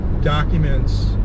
documents